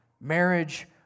marriage